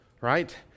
right